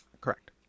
Correct